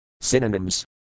Synonyms